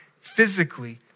physically